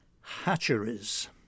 hatcheries